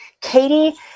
Katie